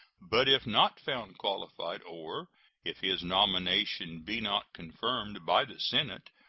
but if not found qualified, or if his nomination be not confirmed by the senate,